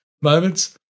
moments